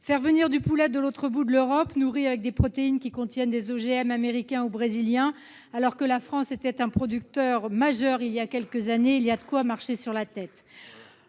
Faire venir du poulet de l'autre bout de l'Europe, nourri avec des protéines qui contiennent des OGM américains ou brésiliens, alors que la France était un producteur majeur voilà quelques années : on marche sur la tête !